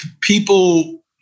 people